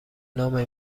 نام